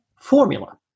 formula